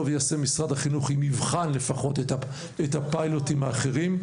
טוב יעשה משרד החינוך אם יבחן לפחות את הפיילוטים האחרים.